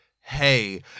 hey